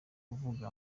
kuvuga